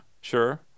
Sure